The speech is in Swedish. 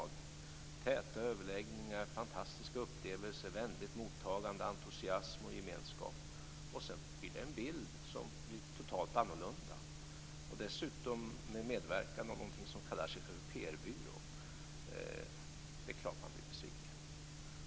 Det var täta överläggningar, fantastiska upplevelser, vänligt mottagande, entusiasm och gemenskap. Sedan blir bilden totalt annorlunda, och dessutom under medverkan av någonting som kallar sig för PR-byrå. Det är klart att man blir besviken.